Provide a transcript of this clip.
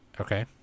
okay